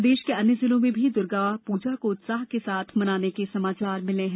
प्रदेश के अन्य जिलों से भी दुर्गापूजा को उत्साह के साथ मनाने के समाचार मिले हैं